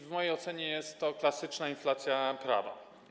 W mojej ocenie jest to klasyczna inflacja prawa.